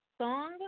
song